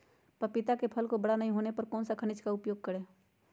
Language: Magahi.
पपीता के फल को बड़ा नहीं होने पर कौन सा खनिज का उपयोग करें?